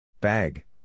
Bag